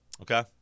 Okay